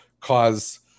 cause